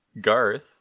Garth